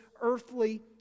earthly